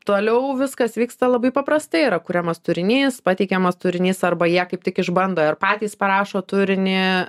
toliau viskas vyksta labai paprastai yra kuriamas turinys pateikiamas turinys arba jie kaip tik išbando ir patys parašo turinį